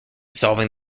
solving